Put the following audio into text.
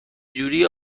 جوری